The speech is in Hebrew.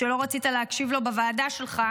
שלא רצית להקשיב לו בוועדה שלך,